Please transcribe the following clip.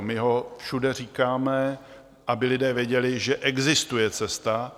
My ho všude říkáme, aby lidé věděli, že existuje cesta.